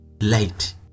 light